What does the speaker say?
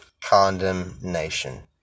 condemnation